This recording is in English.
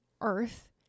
earth